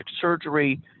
surgery